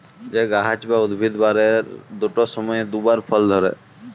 যে গাহাচ বা উদ্ভিদ বারের দুট সময়ে দুবার ফল ধ্যরে